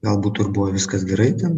gal būtų ir buvę viskas gerai ten